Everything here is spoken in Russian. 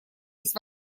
есть